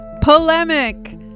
Polemic